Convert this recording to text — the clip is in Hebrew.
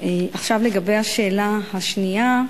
לגבי השאלה השנייה,